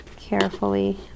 carefully